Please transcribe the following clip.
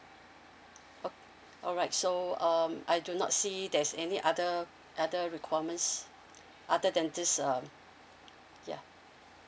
oh alright so um I do not see there's any other other requirements other than these um ya